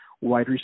wide